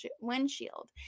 windshield